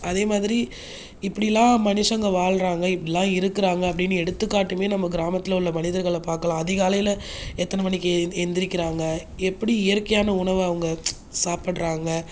அதே மாதிரி இப்படி எல்லாம் மனுஷங்கள் வாழ்கிறாங்க இப்படியெல்லாம் இருக்கிறாங்க அப்படின்னு எடுத்துக்காட்டுமே நம்ம கிராமத்தில் உள்ள மனிதர்களை பார்க்கலாம் அதிகாலையில் எத்தனை மணிக்கு எழுந்திரிக்கிறாங்க எப்படி இயற்கையான உணவு அவங்கள் சாப்பிடுகிறாங்க